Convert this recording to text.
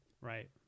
right